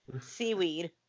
seaweed